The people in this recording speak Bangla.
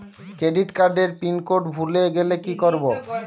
ক্রেডিট কার্ডের পিনকোড ভুলে গেলে কি করব?